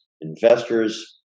investors